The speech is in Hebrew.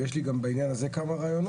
ויש לי גם בעניין הזה כמה רעיונות.